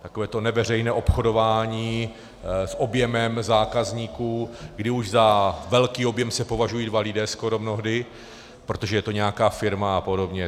Takové to neveřejné obchodování s objemem zákazníků, kdy už za velký objem se považují dva lidé skoro mnohdy, protože to je nějaká firma a podobně.